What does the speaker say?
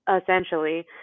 essentially